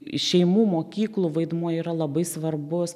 iš šeimų mokyklų vaidmuo yra labai svarbus